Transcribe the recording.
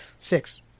six